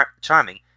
charming